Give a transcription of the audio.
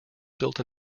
built